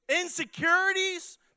insecurities